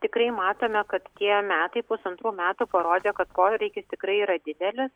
tikrai matome kad tie metai pusantrų metų parodė kad poreikis tikrai yra didelis